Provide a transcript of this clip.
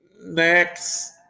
Next